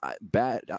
bad